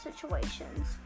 situations